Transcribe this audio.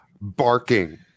barking